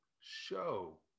show